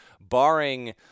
Barring